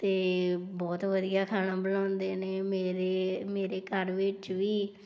ਅਤੇ ਬਹੁਤ ਵਧੀਆ ਖਾਣਾ ਬਣਾਉਂਦੇ ਨੇ ਮੇਰੇ ਮੇਰੇ ਘਰ ਵਿੱਚ ਵੀ